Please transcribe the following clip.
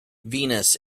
venus